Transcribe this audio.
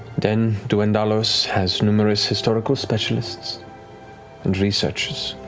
den duendalos has numerous historical specialists and researchers,